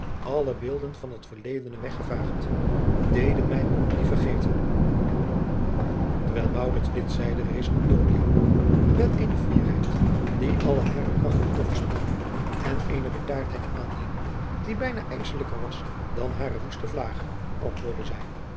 alle beelden van het verledene weggevaagd deden mij die vergeten adriaan loosjes pzn het leven van maurits lijnslager terwijl maurits dit zeide rees antonia op met eene fierheid die alle hare krachten overspande en eene bedaardheid aannemende die bijna ijsselijker was dan hare woeste vlagen antwoordde zij